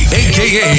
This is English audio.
aka